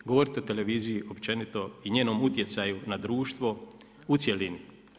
Govoriti o televiziji općenito i njenom utjecaju na društvo u cjelini.